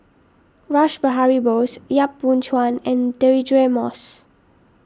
Rash Behari Bose Yap Boon Chuan and Deirdre Moss